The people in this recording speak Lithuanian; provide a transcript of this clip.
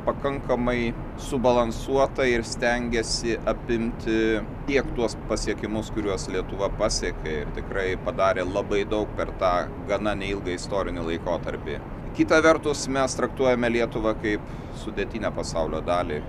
pakankamai subalansuota ir stengiasi apimti tiek tuos pasiekimus kuriuos lietuva pasiekė ir tikrai padarė labai daug per tą gana neilgą istorinį laikotarpį kita vertus mes traktuojame lietuvą kaip sudėtinę pasaulio dalį